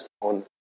on